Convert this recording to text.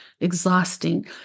exhausting